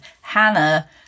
hannah